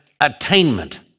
attainment